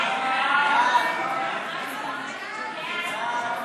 סעיפים 1 2,